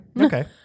Okay